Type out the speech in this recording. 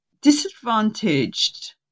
disadvantaged